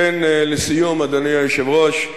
לכן, לסיום, אדוני היושב-ראש,